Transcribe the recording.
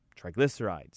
triglycerides